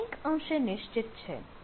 આ કંઈક અંશે નિશ્ચિત છે